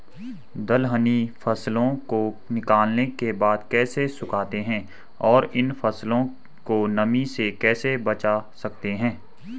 दलहनी फसलों को निकालने के बाद कैसे सुखाते हैं और इन फसलों को नमी से कैसे बचा सकते हैं?